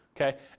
okay